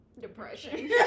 Depression